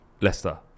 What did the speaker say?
Leicester